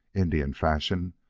indian fashion,